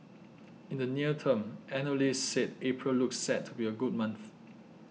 in the near term analysts said April looks set to be a good month